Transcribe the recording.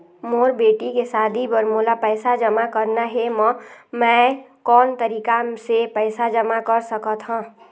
मोर बेटी के शादी बर मोला पैसा जमा करना हे, म मैं कोन तरीका से पैसा जमा कर सकत ह?